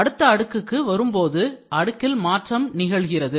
அடுத்த அடுக்குக்கு வரும்போது அடுக்கில் மாற்றம் நிகழ்கிறது